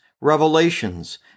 revelations